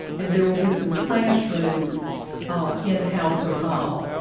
and there will be some classrooms in houser hall.